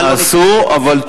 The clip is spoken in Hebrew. נעשו אבל טויחו.